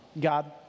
God